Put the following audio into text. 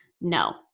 no